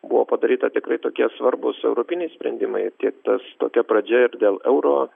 buvo padaryta tikrai tokie svarbūs europiniai sprendimai tiek su tokia pradžia ir dėl euro